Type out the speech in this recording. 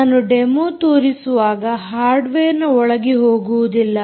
ನಾನು ಡೆಮೋ ತೋರಿಸುವಾಗ ಹಾರ್ಡ್ವೇರ್ನ ಒಳಗೆ ಹೋಗುವುದಿಲ್ಲ